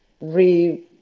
re